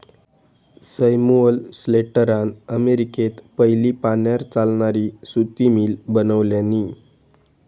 Samuel स्लेटरान अमेरिकेत पयली पाण्यार चालणारी सुती मिल बनवल्यानी